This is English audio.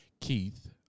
Keith